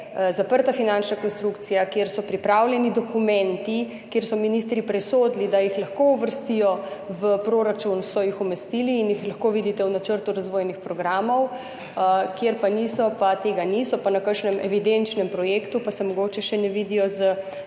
zaprta finančna konstrukcija, kjer so pripravljeni dokumenti, kjer so ministri presodili, da jih lahko uvrstijo v proračun, so jih umestili in jih lahko vidite v načrtu razvojnih programov, kjer niso, se pa na kakšnem evidenčnem projektu mogoče še ne vidijo,